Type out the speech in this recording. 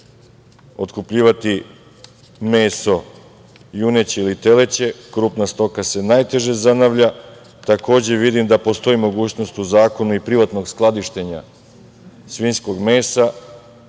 otkupljivati meso, juneće ili teleće, krupna stoka se najteže zanavlja. Takođe, vidim da postoji mogućnost u zakonu i privatnog skladištenja svinjskog mesa